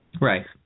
Right